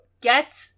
Get